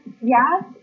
yes